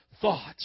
thoughts